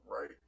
right